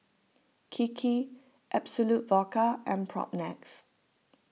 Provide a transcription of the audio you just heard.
Kiki Absolut Vodka and Propnex